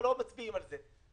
לא מצביעים על זה.